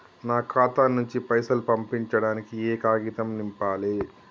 నా ఖాతా నుంచి పైసలు పంపించడానికి ఏ కాగితం నింపాలే?